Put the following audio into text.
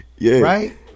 right